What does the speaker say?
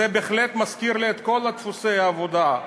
זה בהחלט מזכיר לי את כל דפוסי העבודה.